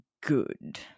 good